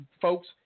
folks